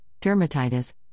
dermatitis